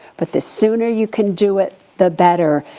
but the sooner you can do it, the better.